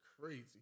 crazy